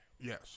Yes